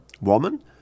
woman